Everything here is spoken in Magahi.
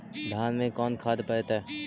धान मे कोन खाद पड़तै?